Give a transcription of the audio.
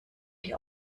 die